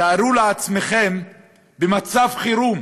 תארו לעצמכם מצב חירום